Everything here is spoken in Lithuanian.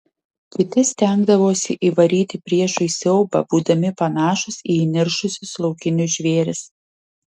kiti stengdavosi įvaryti priešui siaubą būdami panašūs į įniršusius laukinius žvėris